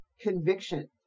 conviction